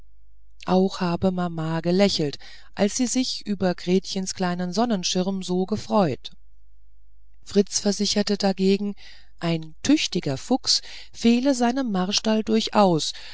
auch habe mama gelächelt als sie sich über gretchens kleinen sonnenschirm so gefreut fritz versicherte dagegen ein tüchtiger fuchs fehle seinem marstall durchaus